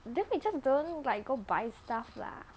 then we just don't like go buy stuff lah